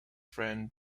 friend